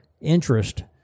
interest